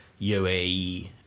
UAE